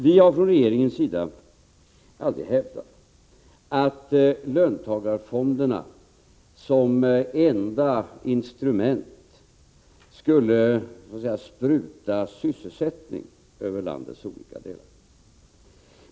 Vi har från regeringens sida aldrig hävdat att löntagarfonderna som enda instrument skulle så att säga spruta sysselsättning över landets olika delar.